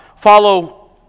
follow